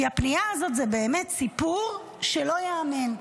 כי הפנייה הזאת היא באמת סיפור שלא ייאמן.